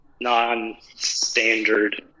non-standard